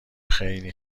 خیلی